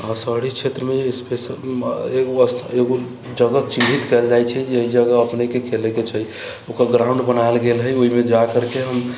आ शहरी क्षेत्रमे स्पेशल एगो जगह चिन्हित कयल जाइ छै जे जगह अपनेके खेलैके छै ओकर ग्राउण्ड बनाइल गेल है ओहिमे जा करके हम